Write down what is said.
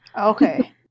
Okay